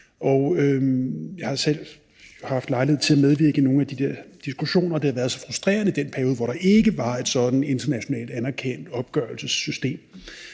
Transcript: Jeg har selv haft lejlighed til at medvirke i nogle af de der diskussioner, og det har været så frustrerende i den periode, hvor der ikke var et sådant internationalt anerkendt opgørelsessystem.